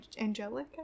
Angelica